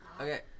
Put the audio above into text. Okay